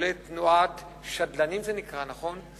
כולל תנועת שדלנים, כך זה נקרא, נכון?